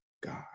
God